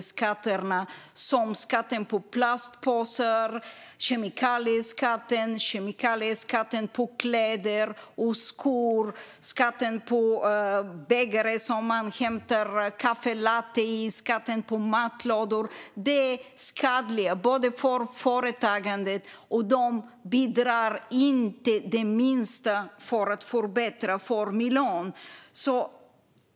Det gäller sådant som skatten på plastpåsar, kemikalieskatten, kemikalieskatten på kläder och skor, skatten på bägare man hämtar kaffe latte i och skatten på matlådor. De är skadliga för företagandet och bidrar inte det minsta till att förbättra för miljön.